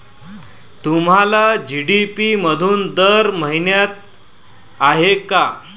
तुम्हाला जी.डी.पी मधून दर माहित आहे का?